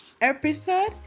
episode